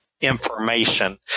information